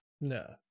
No